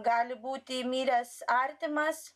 gali būti miręs artimas